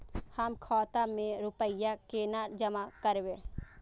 हम खाता में रूपया केना जमा करबे?